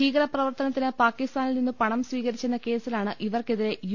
ഭീകരപ്രവർത്തനത്തിന് പാക്കി സ്ഥാനിൽ നിന്നും പണം സ്വീകരിച്ചെന്ന കേസിലാണ് ഇവർക്കെ തിരെ യു